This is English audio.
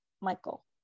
Michael